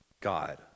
God